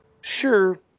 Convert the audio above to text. Sure